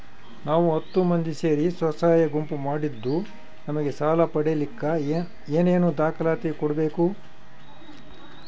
ನಾವು ಹತ್ತು ಮಂದಿ ಸೇರಿ ಸ್ವಸಹಾಯ ಗುಂಪು ಮಾಡಿದ್ದೂ ನಮಗೆ ಸಾಲ ಪಡೇಲಿಕ್ಕ ಏನೇನು ದಾಖಲಾತಿ ಕೊಡ್ಬೇಕು?